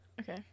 Okay